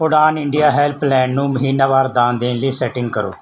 ਉਡਾਣ India helpline ਨੂੰ ਮਹੀਨਾਵਾਰ ਦਾਨ ਦੇਣ ਲਈ ਸੈਟਿੰਗ ਕਰੋ